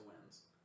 wins